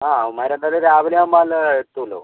ആ അവന്മാർ എന്തായാലും രാവിലെ ആകുമ്പോൾ അല്ലേ എത്തുകയുള്ളൂ